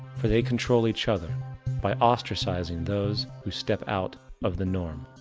for they control each other by ostracizing those who step out of the norm.